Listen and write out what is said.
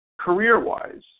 Career-wise